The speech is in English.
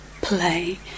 play